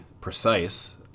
precise